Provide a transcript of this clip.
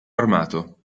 armato